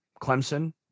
Clemson